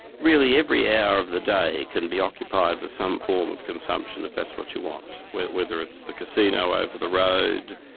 really every hour of the day can be occupied with some form of consumption, if that's what you want, whether it's the casino over the road,